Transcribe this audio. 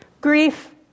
Grief